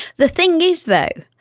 the thing is though,